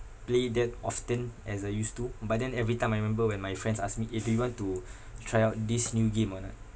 play that often as I used to but then every time I remember when my friends ask me eh do you want to try out this new game or not